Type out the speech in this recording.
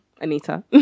Anita